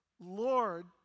Lord